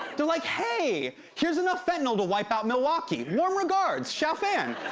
they're like, hey, here's enough fentanyl to wipe out milwaukee. warm regards, xiaofan.